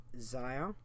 Zaya